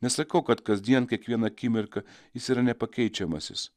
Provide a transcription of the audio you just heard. nesakau kad kasdien kiekvieną akimirką jis yra nepakeičiamasis